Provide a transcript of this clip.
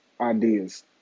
ideas